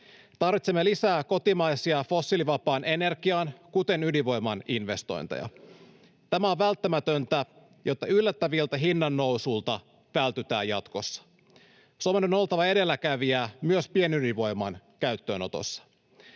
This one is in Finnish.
Tarvitsemme lisää kotimaisia fossiilivapaan energian, kuten ydinvoiman, investointeja. Tämä on välttämätöntä, jotta yllättäviltä hinnannousuilta vältytään jatkossa. Suomen on oltava edelläkävijä myös pienydinvoiman käyttöönotossa.